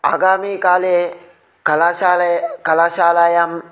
आगामी काले कालाशाले कलाशालायां